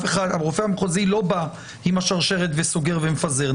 הרופא המחוזי לא בא עם השרשרת וסוגר ומפזר,